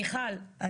מיכל,